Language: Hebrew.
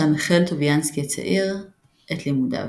שם החל טוביאנסקי הצעיר את לימודיו.